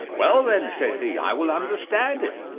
well, then, said he, i will understand it.